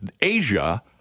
Asia